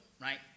right